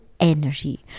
energy